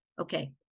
Okay